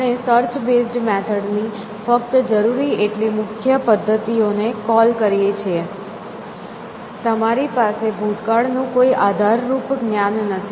આપણે search base method ની ફક્ત જરૂરી એટલી મુખ્ય પદ્ધતિઓને કોલ કરીએ છીએ તમારી પાસે ભૂતકાળનું કોઈ આધાર રૂપ જ્ઞાન નથી